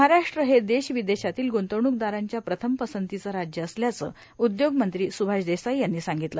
महाराष्ट् हे देश विदेशातील ग्रंतवणूकदारांच्या प्रथम पसंतीचे राज्य असल्याचं उदयोगमंत्री सुभाष देसाई यांनी सांगितलं